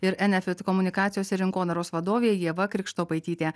ir enefit komunikacijos ir rinkodaros vadovė ieva krikštopaitytė